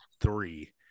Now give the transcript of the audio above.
three